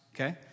Okay